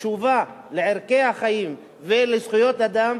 שקשובה לערכי החיים ולזכויות אדם,